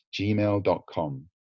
gmail.com